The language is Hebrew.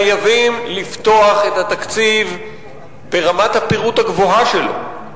חייבים לפתוח את התקציב בפני הציבור ברמת הפירוט הגבוהה שלו,